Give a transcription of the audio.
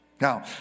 Now